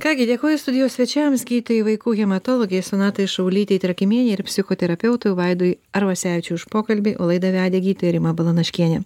ką gi dėkoju studijos svečiams gydytojai vaikų hematologei sonatai šaulytei trakymienei ir psichoterapeutui vaidui arvasevičiui už pokalbį o laidą vedė gydytoja rima balanaškienė